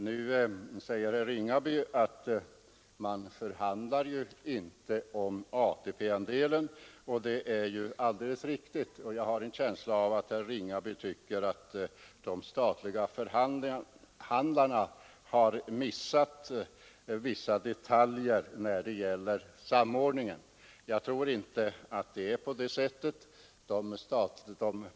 Nu säger herr Ringaby att man förhandlar ju inte om ATP-andelen, och det är alldeles riktigt. Jag har en känsla av att herr Ringaby tycker att de statliga tjänstemännens förhandlare har missat vissa detaljer när det gäller samordningen. Jag tror inte att det är på det sättet.